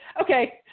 okay